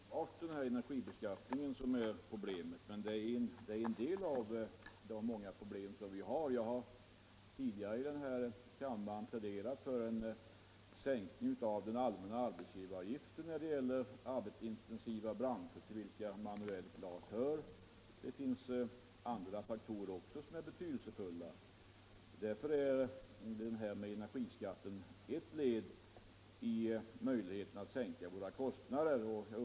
Fru talman! Det är riktigt att det inte enbart är energibeskattningen som är problemet, men den är en del av de problem som branschen har. Jag har tidigare i kammaren pläderat för en sänkning av den allmänna arbetsgivaravgiften när det gäller arbetskraftsintensiva branscher, till vilka den manuella glasindustrin hör. Det finns andra faktorer också som är betydelsefulla. Energiskatten är ett led när det gäller att sänka kostnaderna för branschen.